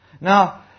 Now